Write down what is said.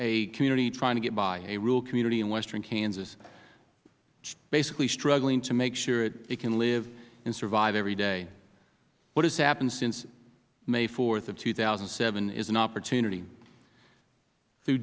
community trying to get by a rural community in western kansas basically struggling to make sure that it can live and survive every day what has happened since may four of two thousand and seven is an opportunity t